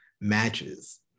matches